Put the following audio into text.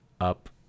up